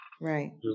right